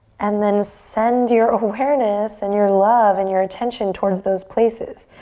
and then send your awareness and your love and your attention towards those places.